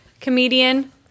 comedian